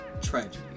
tragedy